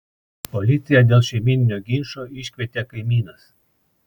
policiją dėl šeimyninio ginčo iškvietė kaimynas